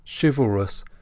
chivalrous